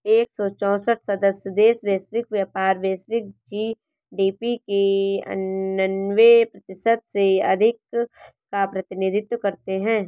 एक सौ चौसठ सदस्य देश वैश्विक व्यापार, वैश्विक जी.डी.पी के अन्ठान्वे प्रतिशत से अधिक का प्रतिनिधित्व करते हैं